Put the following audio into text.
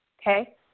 Okay